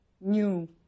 new